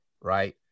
Right